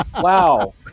Wow